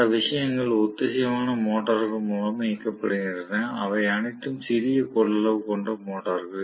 அந்த விஷயங்கள் ஒத்திசைவான மோட்டார்கள் மூலம் இயக்கப்படுகின்றன அவை அனைத்தும் சிறிய கொள்ளளவு கொண்ட மோட்டார்கள்